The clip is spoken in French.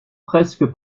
presque